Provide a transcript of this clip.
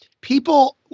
people